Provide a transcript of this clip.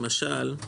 למשל,